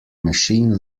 machine